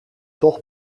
toch